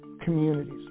communities